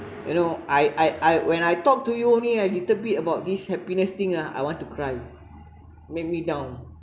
you know I I I when I talk to you only a little bit about this happiness thing ah I want to cry make me down